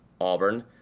Auburn